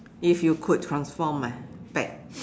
if you could transform eh back